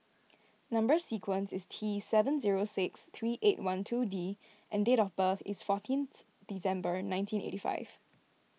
Number Sequence is T seven zero six three eight one two D and date of birth is fourteenth December nineteen eighty five